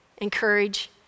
encourage